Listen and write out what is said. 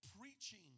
Preaching